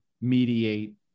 mediate